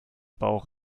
bauch